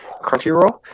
Crunchyroll